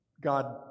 God